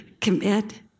commit